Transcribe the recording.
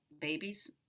babies